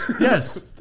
yes